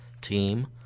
team